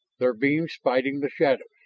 their beams fighting the shadows.